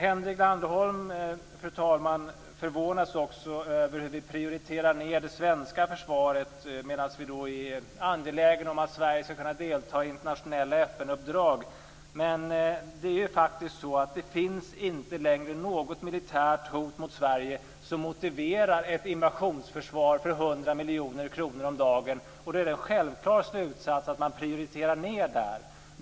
Henrik Landerholm förvånas också över hur vi prioriterar ned det svenska försvaret, medan vi är angelägna om att Sverige skall kunna delta i internationella FN-uppdrag. Det finns inte längre något militärt hot mot Sverige som motiverar ett invasionsförsvar för 100 miljoner kronor om dagen. Då är den självklara slutsatsen att man prioriterar ned där.